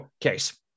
case